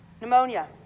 pneumonia